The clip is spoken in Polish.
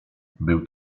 był